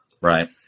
Right